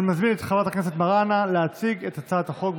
אני מזמין את חברת הכנסת מראענה להציג את הצעת החוק.